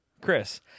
chris